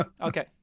Okay